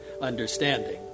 understanding